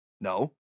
no